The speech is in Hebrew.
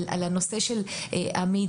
על הנושא של המידע,